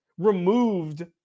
removed